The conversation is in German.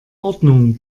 ordnung